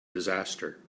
disaster